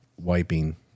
wiping